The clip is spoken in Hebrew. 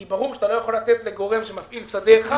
כי ברור שאתה לא יכול לתת לגורם שמפעיל שדה אחד.